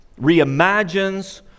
reimagines